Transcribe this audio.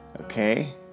okay